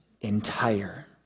entire